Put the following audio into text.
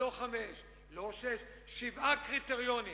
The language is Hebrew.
לא חמישה, לא שישה, שבעה קריטריונים.